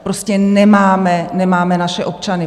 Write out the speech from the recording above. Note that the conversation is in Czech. Prostě nemáme, nemáme naše občany.